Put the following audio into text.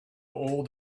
old